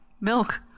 milk